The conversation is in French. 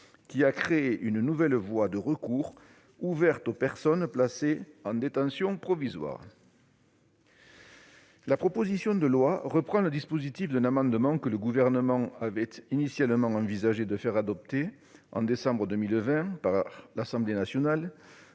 qui a créé une nouvelle voie de recours ouverte aux personnes placées en détention provisoire. La proposition de loi reprend le dispositif d'un amendement que le Gouvernement avait initialement envisagé de faire adopter, en décembre 2020, par l'Assemblée nationale